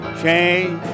change